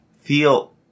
feel